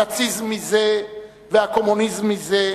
הנאציזם מזה והקומוניזם מזה,